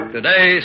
Today